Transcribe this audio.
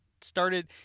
started